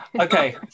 okay